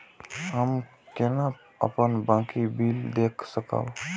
हम केना अपन बाँकी बिल देख सकब?